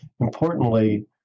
Importantly